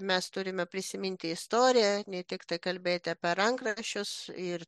mes turime prisiminti istoriją ne tiktai kalbėti apie rankraščius ir